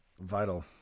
vital